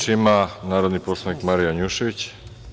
Reč ima narodni poslanik Marija Janjušević.